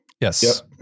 Yes